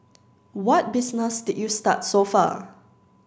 what business did you start so far